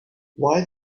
why